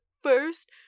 first